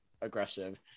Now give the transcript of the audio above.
aggressive